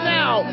now